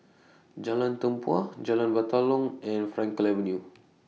Jalan Tempua Jalan Batalong and Frankel Avenue